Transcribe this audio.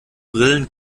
brillen